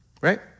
right